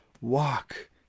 walk